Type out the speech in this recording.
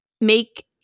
make